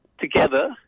together